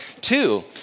Two